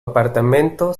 apartamento